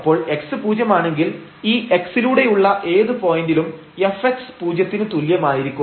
അപ്പോൾ x പൂജ്യമാണെങ്കിൽ ഈ x ലൂടെയുള്ള ഏത് പോയന്റിലും fx പൂജ്യത്തിന് തുല്യമായിരിക്കും